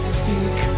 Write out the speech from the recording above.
seek